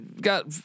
got